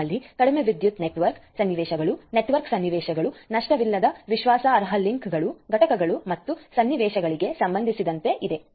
ನಮ್ಮಲ್ಲಿ ಕಡಿಮೆ ವಿದ್ಯುತ್ ನೆಟ್ವರ್ಕ್ ಸನ್ನಿವೇಶಗಳು ನೆಟ್ವರ್ಕ್ ಸನ್ನಿವೇಶಗಳು ನಷ್ಟವಿಲ್ಲದ ವಿಶ್ವಾಸಾರ್ಹ ಲಿಂಕ್ಗಳು ಘಟಕಗಳು ಮತ್ತು ಸನ್ನಿವೇಶಗಳಿಗೆ ಸಂಬಂಧಿಸಿದಂತೆ ಇದೆ